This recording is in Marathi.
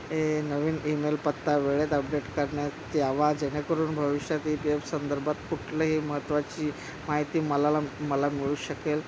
ए नवीन ईमेल पत्ता वेळेत अपडेट करण्यात यावा जेणेकरून भविष्यात ई पी एफ संदर्भात कुठल्याही महत्त्वाची माहिती मला मला मिळू शकेल